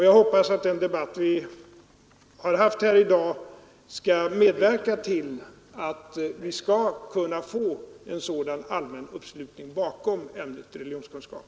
Jag hoppas att den debatt vi har haft här i dag kan medverka till att vi skall kunna få en sådan allmän uppslutning bakom ämnet religionskunskap.